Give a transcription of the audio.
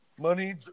money